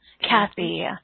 Kathy